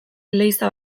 leize